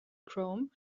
chrome